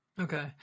Okay